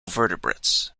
vertebrates